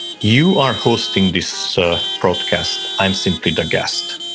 you are hosting this broadcast, i am simply the guest.